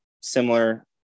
similar